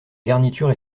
garniture